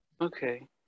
Okay